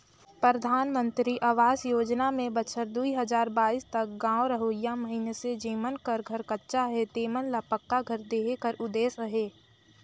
परधानमंतरी अवास योजना में बछर दुई हजार बाइस तक गाँव रहोइया मइनसे जेमन कर घर कच्चा हे तेमन ल पक्का घर देहे कर उदेस अहे